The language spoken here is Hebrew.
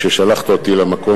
שיבקש סליחה קודם כול.